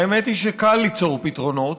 האמת היא שקל למצוא פתרונות.